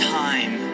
time